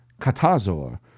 Katazor